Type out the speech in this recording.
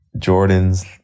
Jordan's